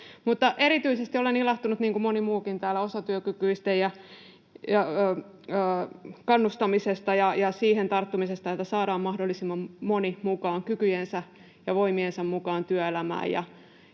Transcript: muukin täällä, osatyökykyisten kannustamisesta ja siihen tarttumisesta, että saadaan mahdollisimman moni mukaan kykyjensä ja voimiensa mukaan työelämään.